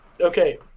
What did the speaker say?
Okay